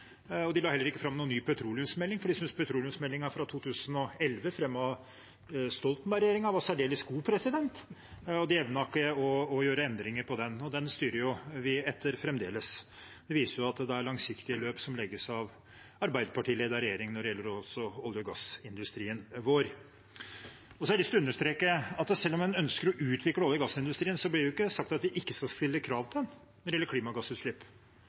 år. De la heller ikke fram noen ny petroleumsmelding, for de syntes petroleumsmeldingen fra 2011, fremmet av Stoltenberg-regjeringen, var særdeles god. De evnet ikke å gjøre endringer på den, og den styrer vi etter fremdeles. Det viser at det er langsiktige løp som legges av en Arbeiderparti-ledet regjering, som gjelder også for olje- og gassindustrien vår. Jeg har lyst til å understreke at selv om en ønsker å utvikle olje- og gassindustrien, blir det ikke sagt at vi ikke skal stille krav til den når det gjelder klimagassutslipp.